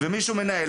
ושמישהו מנהל